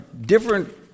different